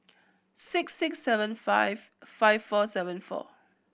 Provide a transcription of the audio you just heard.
six six seven five five four seven four